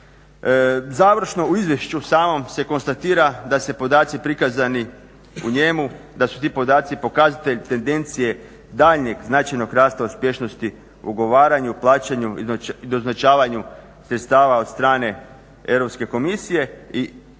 Završno, u izvješću samom se konstatira da se podaci prikazani u njemu da su ti podaci pokazatelj tendencije daljnjeg značajnog rasta uspješnosti, ugovaranju, plaćanju i doznačavanju sredstva od strane Europske komisije i opće